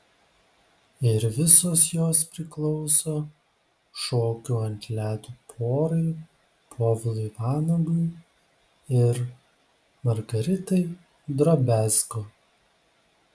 ir visos jos priklauso šokių ant ledo porai povilui vanagui ir margaritai drobiazko